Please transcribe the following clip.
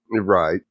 Right